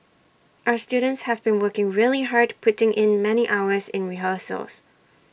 our students have been working really hard putting in many hours in rehearsals